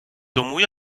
тому